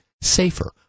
safer